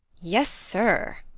yes, sir!